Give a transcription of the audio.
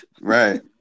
Right